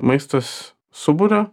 maistas suburia